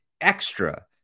extra